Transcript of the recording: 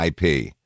IP